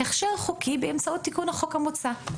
הכשר חוקי באמצעות תיקון החוק המוצע.